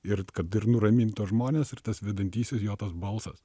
ir kad ir nuramint tuos žmones ir tas vedantysis jo tas balsas